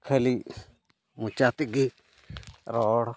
ᱠᱷᱟᱹᱞᱤ ᱢᱚᱪᱟ ᱛᱮᱜᱮ ᱨᱚᱲ